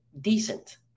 decent